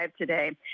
today